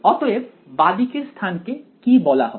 অতএব বাঁদিকের স্থানকে কি বলা হবে